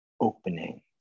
opening